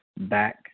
back